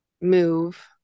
move